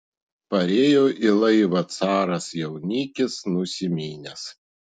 parėjo į laivą caras jaunikis nusiminęs